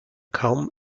kaum